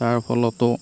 তাৰ ফলতো